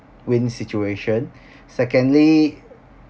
win situation secondly